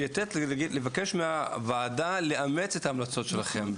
לבקש מהוועדה לאמץ את ההמלצות שלכם,